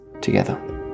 together